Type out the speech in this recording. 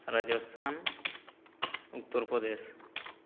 Rajasthan Uttar Pradesh